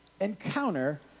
encounter